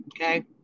Okay